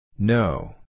No